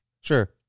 Sure